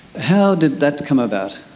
how did that come about?